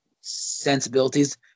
sensibilities